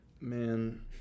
Man